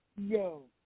Yo